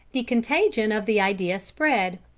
the contagion of the idea spread,